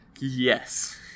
yes